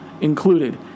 included